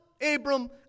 Abram